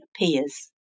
appears